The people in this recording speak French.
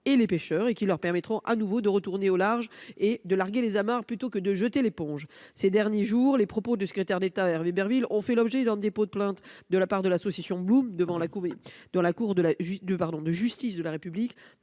et les pêcheurs et qui leur permettront à nouveau de retourner au large et de larguer les amarres plutôt que de jeter l'éponge. Ces derniers jours les propos du secrétaire d'État, Hervé Berville ont fait l'objet d'un dépôt de plainte de la part de l'association Bloom devant la couver dans la cour de